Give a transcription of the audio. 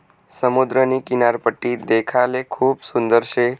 समुद्रनी किनारपट्टी देखाले खूप सुंदर शे